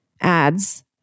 ads